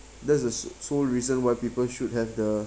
that's the so~ sole reason why people should have the